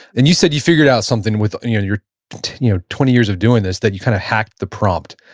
and you said you figured out something with your your you know twenty years of doing this, that you kind of hacked the prompt.